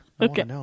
Okay